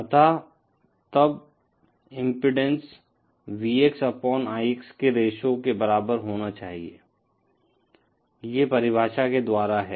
अतः तब इम्पीडेन्स Vxअपॉन Ix के रेशो के बराबर होना चाहिए ये परिभाषा के द्वारा है